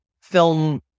film